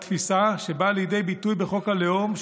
מול התפיסה שבאה לידי ביטוי בחוק הלאום,